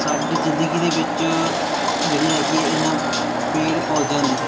ਸਾਡੀ ਜ਼ਿੰਦਗੀ ਦੇ ਵਿੱਚ ਜਿਹੜੀਆਂ ਹੈ ਕਿ ਇਹਨਾਂ ਪੇੜ ਪੌਦਿਆਂ ਦੀ